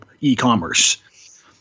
e-commerce